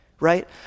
right